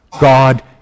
God